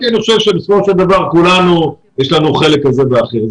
אני חושב שבסופו של דבר לכולנו יש חלק כזה ואחר.